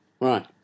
right